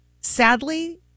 sadly